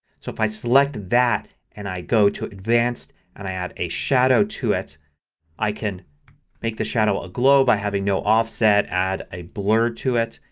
so if i select that and i go to advanced and i add a shadow to it i can make the shadow a glow by having no offset, add a blur to it,